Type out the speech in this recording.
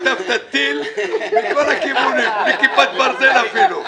חטפת טיל מכל הכיוונים, בלי כיפת ברזל אפילו.